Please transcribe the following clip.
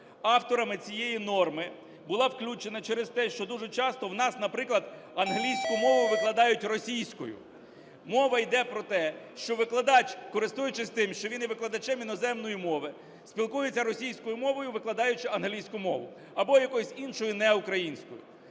авторами цієї норми була включена через те, що дуже часто в нас, наприклад, англійську мову викладають російською. Мова йде про те, що викладач, користуючись тим, що він є викладачем іноземної мови, спілкується російською мовою, викладаючи англійську мову, або якоюсь іншою, не українською.